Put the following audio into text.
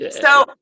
So-